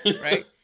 right